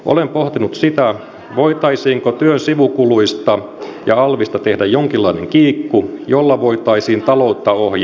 olen pohtinut sitä voitaisiinko työn sivukuluista ja alvista tehdä jonkinlainen kiikku jolla voitaisiin taloutta ohjata